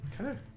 Okay